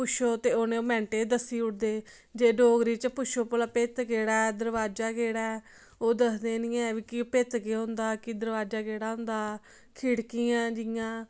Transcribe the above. पुच्छो ते ओह् उ'नें मैंट्टें च दस्सी ओड़दे जे डोगरी च पुच्छो भला भित्त केहड़ा ऐ दरवाजा केहड़ा ऐ ओह् दसदे गै निं ऐ कि भित्त केह् होंदा कि दरवाजा केहड़ा होंदा खिड़की ऐ जियां